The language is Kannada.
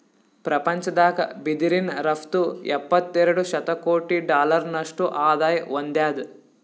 ಪ್ರಪಂಚದಾಗ್ ಬಿದಿರಿನ್ ರಫ್ತು ಎಪ್ಪತ್ತೆರಡು ಶತಕೋಟಿ ಡಾಲರ್ನಷ್ಟು ಆದಾಯ್ ಹೊಂದ್ಯಾದ್